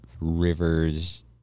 Rivers